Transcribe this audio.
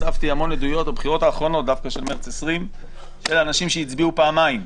בבחירות האחרונות אספתי הרבה עדויות של אנשים שהצביעו פעמיים,